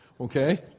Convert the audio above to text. okay